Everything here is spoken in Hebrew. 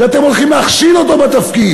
שאתם הולכים להכשיל אותו בתפקיד?